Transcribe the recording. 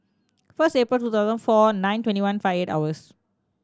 first April two thousand four nine twenty one five eight hours